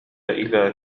إلى